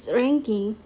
ranking